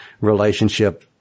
relationship